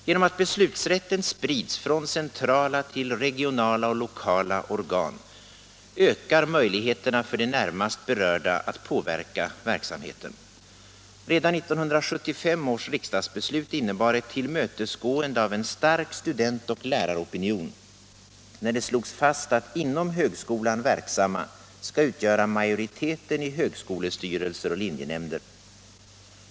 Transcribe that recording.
Genom att beslutsrätten sprids från centrala till regionala och lokala organ ökar möjligheterna för de närmast berörda att påverka verksamheten. Redan 1975 års riksdagsbeslut innebar ett tillmötesgående av en stark student och läraropinion när det slogs fast att inom högskolan verksamma skall utgöra majoriteten i högskolestyrelser och linjenämnder.